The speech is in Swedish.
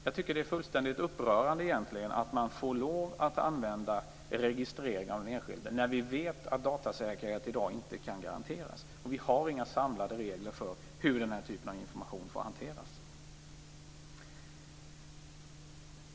Det är fullständigt upprörande att få lov att registrera den enskilde, när vi vet att datasäkerhet i dag inte kan garanteras. Vi har inga samlade regler för hur den typen av information får hanteras. Fru talman!